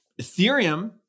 Ethereum